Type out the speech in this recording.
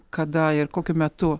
kada ir kokiu metu